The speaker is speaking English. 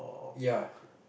ya